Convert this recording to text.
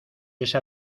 esa